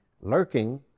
lurking